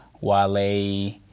Wale